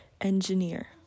engineer